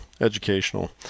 educational